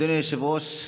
אדוני היושב-ראש,